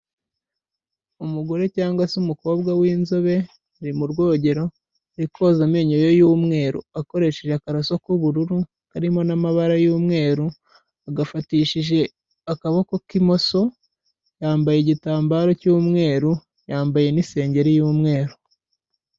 Umugore cyangwa se umukobwa w'inzobe ari mu rwogero ari koza amenyo ye y'umweru akoresheje akaraso k'ubururu karimo n'amabara y'umweru, agafatishije akaboko k'imoso yambaye igitambaro cy'umweru yambaye n'isengeri y'umweru.